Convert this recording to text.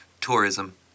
Tourism